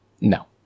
No